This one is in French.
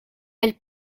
elle